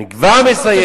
אני כבר מסיים.